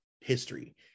history